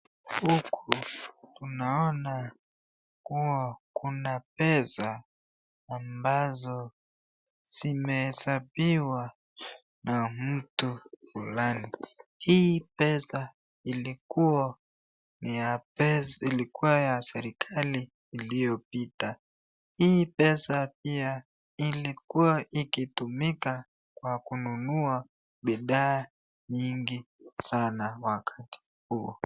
Huku tunaona kuwa kuna pesa ambazo zimehesabiwa na mtu fulani, hii pesa ilikua ya serikali iliyopita, hii pesa pia ilikua ikitumika kwa kununua bidhaa mingi sana kwa wakati huo.